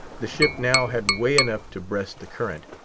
the ship now had way enough to breast the current.